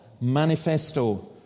manifesto